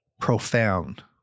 profound